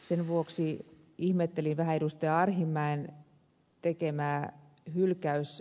sen vuoksi ihmettelin vähän ed